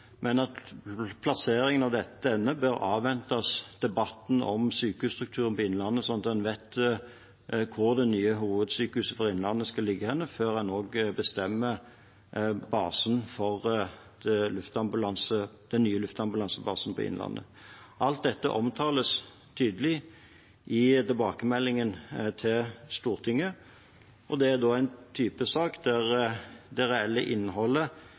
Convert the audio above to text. at en vet hvor det nye hovedsykehuset for Innlandet skal ligge, før en bestemmer hvor den nye luftambulansebasen Innlandet skal plasseres. Alt dette omtales tydelig i tilbakemeldingen til Stortinget, og det er en type sak der det reelle innholdet